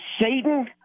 Satan